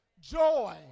joy